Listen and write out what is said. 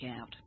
out